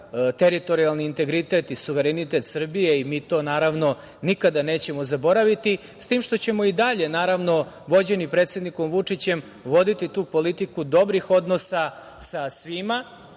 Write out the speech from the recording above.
teritorijalni integritet i suverenitet Srbije i mi to naravno nikada nećemo zaboraviti. S tim što ćemo i dalje, vođeni predsednikom Vučićem, voditi tu politiku dobrih odnosa sa svima